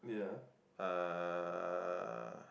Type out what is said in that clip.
uh